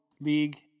league